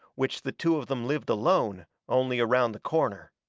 which the two of them lived alone, only around the corner.